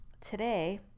today